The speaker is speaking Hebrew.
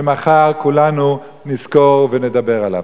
שמחר כולנו נזכור ונדבר עליו.